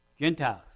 Gentiles